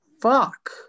fuck